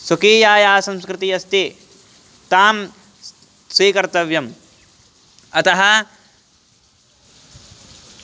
स्वकीया या संस्कृतिः अस्ति तां स्वीकर्तव्यम् अतः